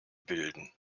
bilden